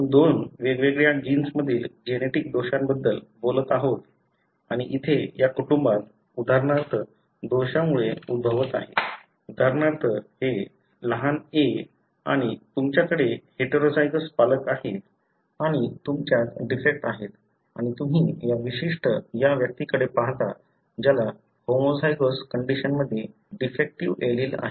आपण दोन वेगवेगळ्या जीन्समधील जेनेटिक दोषांबद्दल बोलत आहोत आणि इथे या कुटुंबात उदाहरणार्थ हे दोषामुळे उद्भवत आहे उदाहरणार्थ हे लहान a आणि तुमच्याकडे हेटेरोझायगस पालक आहेत आणि तुमच्यात डिफेक्ट आहेत आणि तुम्ही या विशिष्ट या व्यक्तीकडे पाहता ज्याला होमोझायगोस कंडिशनमध्ये डिफेक्टीव्ह एलील आहे